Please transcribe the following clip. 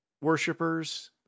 worshippers